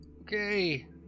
Okay